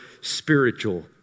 spiritual